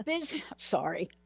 sorry